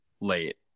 late